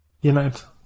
United